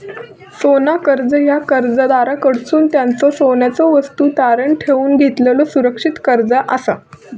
सोना कर्जा ह्या कर्जदाराकडसून त्यांच्यो सोन्याच्यो वस्तू तारण ठेवून घेतलेलो सुरक्षित कर्जा असा